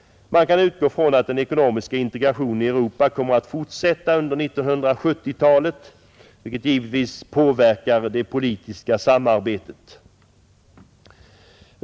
Man kan utgå från att den ekonomiska integrationen i Europa kommer att fortsätta under 1970-talet, vilket givetvis påverkar det politiska samarbetet.